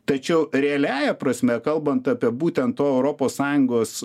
tačiau realiąja prasme kalbant apie būtent to europos sąjungos